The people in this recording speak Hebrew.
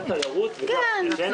זה גם